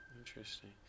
interesting